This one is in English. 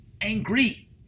Angry